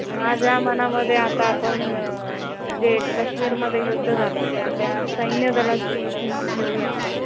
माझ्या मनामध्ये आता आपण जे कश्मीरमध्ये युद्ध झालं तर त्या सैन्यदलाची थीम ठेवू या आपण